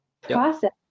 process